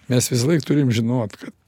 mes visąlaik turim žinot kad